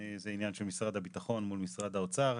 זה עניין של משרד הביטחון מול משרד האוצר.